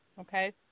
Okay